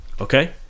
Okay